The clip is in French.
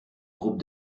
groupe